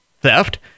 theft